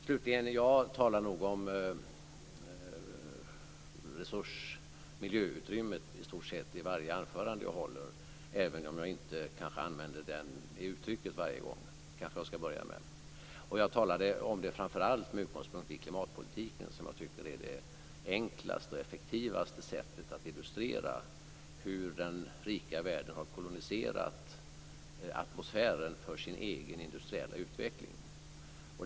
Slutligen: Jag talar nog om miljöutrymmet i stort sett i varje anförande jag håller, även om jag kanske inte varje gång använder det uttrycket - det kanske jag skall börja med. Jag talade om det framför allt med utgångspunkt från klimatpolitiken, som jag tycker är det enklaste och effektivaste sättet att illustrera hur den rika världen har koloniserat atmosfären för sin egen industriella utveckling.